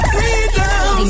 Freedom